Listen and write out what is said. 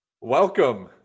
Welcome